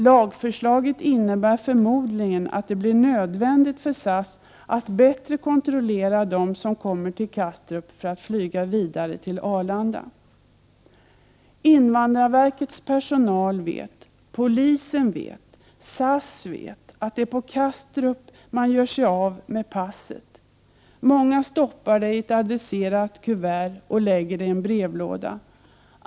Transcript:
Lagförslaget innebär förmodligen att det blir nödvändigt för SAS att bättre kontrollera dem som kommer till Kastrup för att flyga vidare till Arlanda. Invandrarverkets personal vet, polisen vet och SAS vet att det är på Kastrup man gör sig av med passet. Många stoppar det i ett adresserat kuvert och lägger det i en brevlåda.